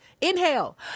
Inhale